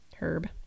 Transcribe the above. Herb